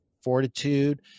fortitude